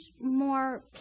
more